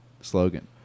slogan